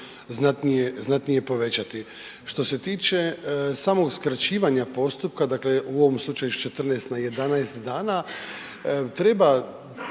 znatnije povećati. Što se tiče samog skraćivanja postupka, dakle u ovom slučaju s 14 na 11 dana, treba